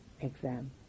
exam